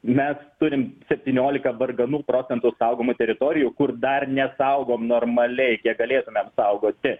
mes turim septyniolika varganų procentų saugomų teritorijų kur dar nesaugom normaliai kiek galėtumėm saugoti